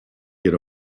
get